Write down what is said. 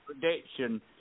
prediction